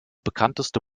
bekannteste